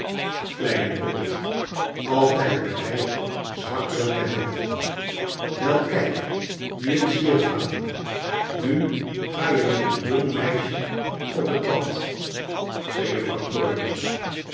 kleine dorrit altijd bereid zwakkeren te helpen j wel kijk nu eens hier vader nu ga je met een jong meisje op het pad zei